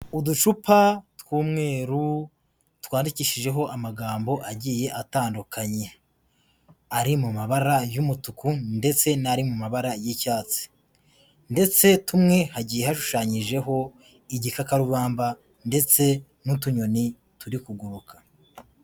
Uducupa tw'umweru, twandikishijeho amagambo agiye atandukanye. Ari mu mabara y'umutuku, ndetse n'ari mu mabara y'icyatsi. Ndetse tumwe hagiye hashushanyijeho igikakarubamba ,ndetse n'utunyoni turi kuguruka.